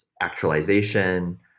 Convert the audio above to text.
actualization